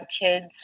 kids